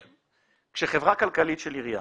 כשחברה כלכלית של עירייה